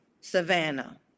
Savannah